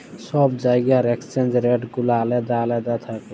ছব জায়গার exchange rate গুলা আলেদা আলেদা থ্যাকে